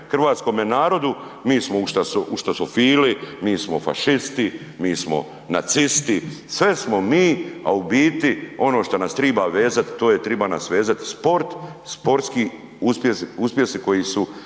hrvatskom narodu, mi smo ustašofili, mi smo fašisti, mi smo nacisti, sve smo mi, a u biti ono što nas triba vezat to je, triba nas vezat sport, sportski uspjesi, uspjesi